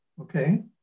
okay